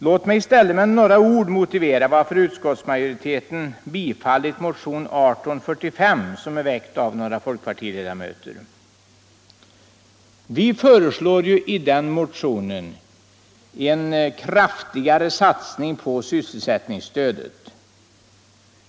Låt mig i stället med några ord motivera varför utskottsmajoriteten biträtt motionen 1845, som är I motionen 1845 föreslår vi en kraftigare satsning på sysselsättningsstödet.